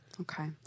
Okay